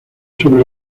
sobre